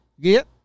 Get